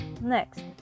Next